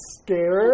scared